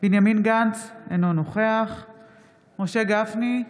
בנימין גנץ, אינו נוכח משה גפני,